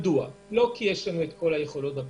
לא שיש לנו את כל הפתרונות,